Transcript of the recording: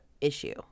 issue